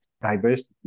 diversity